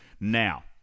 Now